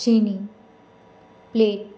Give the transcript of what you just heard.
છીણી plate